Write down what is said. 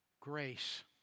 grace